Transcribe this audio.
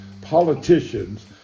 politicians